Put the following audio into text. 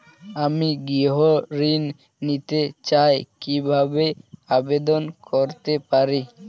আমি গৃহ ঋণ নিতে চাই কিভাবে আবেদন করতে পারি?